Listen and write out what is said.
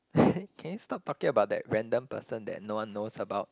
can you stop talking about that random person that no one knows about